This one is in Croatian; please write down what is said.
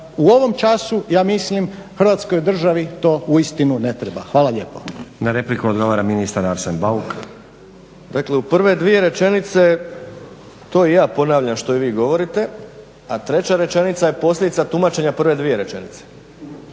u ovom času ja mislim Hrvatskoj državi to uistinu ne treba. Hvala lijepo. **Stazić, Nenad (SDP)** Na repliku odgovara ministar Arsen Bauk. **Bauk, Arsen (SDP)** Dakle u prve dvije rečenice, to i ja ponavljam što i vi govorite, a treća rečenica je posljedica tumačenja prve dvije rečenice.